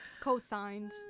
Co-signed